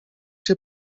się